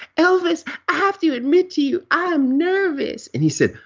elvis, i have to admit to you, i am nervous. and he said,